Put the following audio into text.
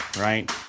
right